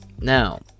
Now